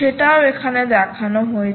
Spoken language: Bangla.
সেটাও এখানে দেখানো হয়েছে